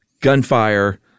gunfire